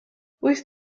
wyth